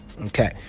Okay